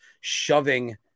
shoving